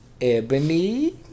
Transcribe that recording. Ebony